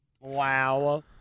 Wow